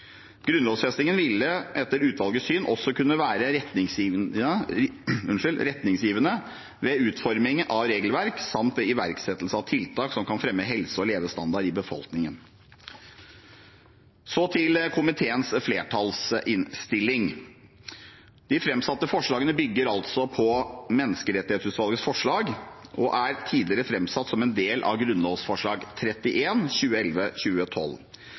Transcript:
ville etter utvalgets syn også kunne være retningsgivende ved utforming av regelverk samt ved iverksettelse av tiltak som kan fremme helse og levestandard i befolkningen. Så til komiteens flertallsinnstilling. De framsatte forslagene bygger altså på Menneskerettighetsutvalgets forslag og er tidligere framsatt som en del av Grunnlovsforslag